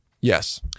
yes